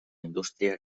indústria